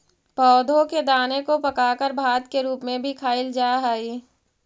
पौधों के दाने को पकाकर भात के रूप में भी खाईल जा हई